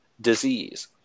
disease